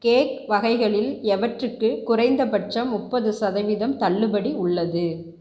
cake வகைகளில் எவற்றுக்கு குறைந்தபட்சம் முப்பது சதவீதம் தள்ளுபடி உள்ளது